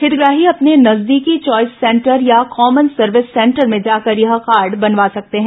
हितग्राही अपने नजदीकी च्वॉइस सेंटर या कॉमन सर्विस सेंटर में जाकर यह कार्ड बनवा सकते हैं